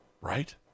right